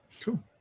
Cool